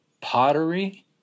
pottery